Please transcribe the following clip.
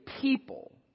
people